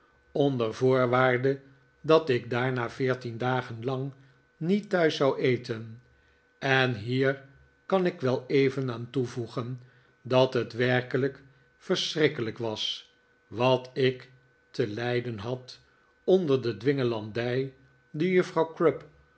onder voorwaarde dat ik daarna veertien dagen lang niet thuis zou eten en hier kan ik wel even aan toevoegen dat het werkelijk verschrikkelijk was wat ik te lijden had onder de dwingelandij die juffrouw crupp